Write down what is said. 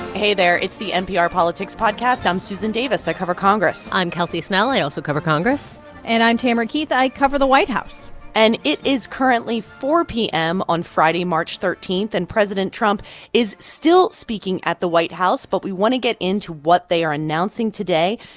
hey, there. it's the npr politics podcast. i'm susan davis. i cover congress i'm kelsey snell. i also cover congress and i'm tamara keith. i cover the white house and it is currently four zero p m. on friday, march thirteen. and president trump is still speaking at the white house, but we want to get into what they are announcing today.